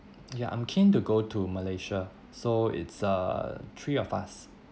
ya I'm keen to go to malaysia so it's uh three of us